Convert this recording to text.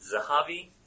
Zahavi